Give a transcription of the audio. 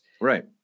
Right